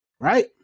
right